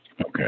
okay